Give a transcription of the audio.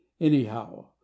Anyhow